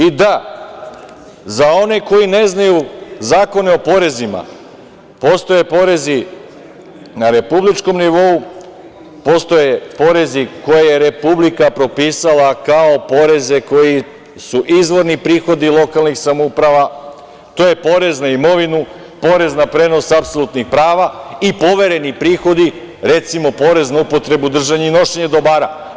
I da, za one koji ne znaju zakone o porezima, postoje porezi na republičkom nivou, postoje porezi koje je republika propisala kao poreze koji su izvorni prihodi lokalnih samouprava - porez na imovinu, porez na prenos apsolutnih prava i povereni prihodi, recimo, porez na upotrebu, držanje i nošenje dobara.